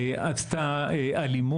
עד שאומרים מילה טובה, למה למנוע?